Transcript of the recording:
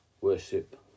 worship